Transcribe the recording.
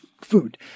food